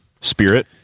spirit